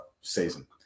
season